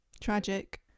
tragic